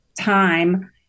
time